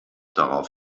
darauf